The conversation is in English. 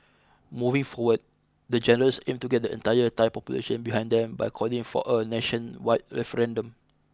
moving forward the generals aim to get the entire Thai population behind them by calling for a nationwide referendum